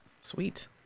Sweet